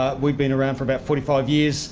we've been around for about forty five years